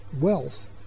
wealth